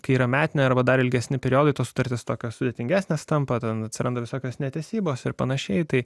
kai yra metinė arba dar ilgesni periodai tos sutartys tokios sudėtingesnės tampa ten atsiranda visokios netesybos ir panašiai tai